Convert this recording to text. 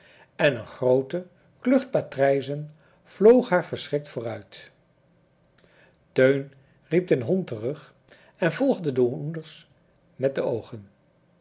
en een groote klucht patrijzen vloog haar verschrikt vooruit teun riep den hond terug en volgde de hoenders met de oogen